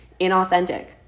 inauthentic